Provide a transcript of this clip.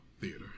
Theater